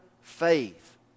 faith